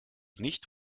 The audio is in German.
nicht